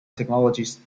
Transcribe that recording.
technologies